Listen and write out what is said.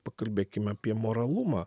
pakalbėkim apie moralumą